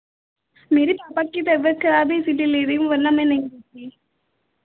मेरे पापा कि तबीयत खराब है इसलिए ले रही हूँ वर्ना मैं नहीं लेती